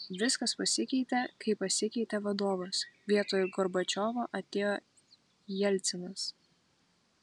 viskas pasikeitė kai pasikeitė vadovas vietoj gorbačiovo atėjo jelcinas